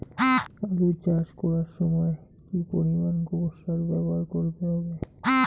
আলু চাষ করার সময় কি পরিমাণ গোবর সার ব্যবহার করতে হবে?